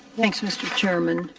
thank you, mr. chairman.